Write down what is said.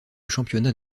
championnat